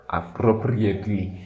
appropriately